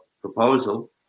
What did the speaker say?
proposal